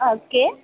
okay